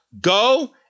go